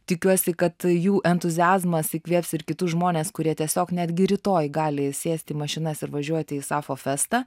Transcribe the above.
tikiuosi kad jų entuziazmas įkvėps ir kitus žmones kurie tiesiog netgi rytoj gali sėsti į mašinas ir važiuoti į sapfo festą